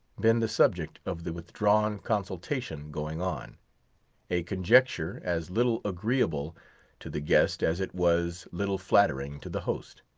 been the subject of the withdrawn consultation going on a conjecture as little agreeable to the guest as it was little flattering to the host.